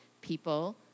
people